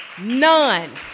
None